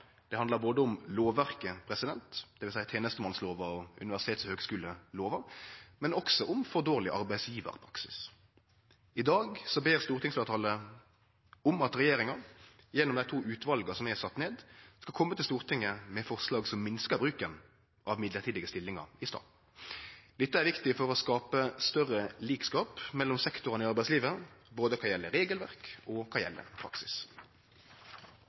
Det handlar både om lovverket, dvs. tenestemannslova og universitets- og høgskulelova, men også om for dårleg arbeidsgjevarpraksis. I dag ber stortingsfleirtalet om at regjeringa – gjennom dei to utvala som er sette ned – skal kome til Stortinget med forslag som minskar bruken av mellombelse stillingar i staten. Dette er viktig for å skape større likskap mellom sektorane i arbeidslivet, både kva gjeld regelverk og kva gjeld praksis.